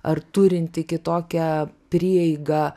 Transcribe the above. ar turinti kitokią prieigą